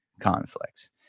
conflicts